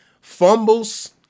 fumbles